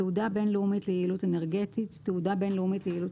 "תעודה בין-לאומית ליעילות אנרגטית" תעודה בין לאומית ליעילות